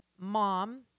mom